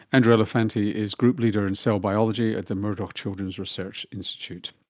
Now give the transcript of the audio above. andrew elefanty is group leader in cell biology at the murdoch children's research institute